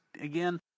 Again